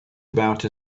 about